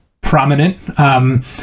prominent